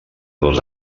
dos